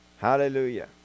Hallelujah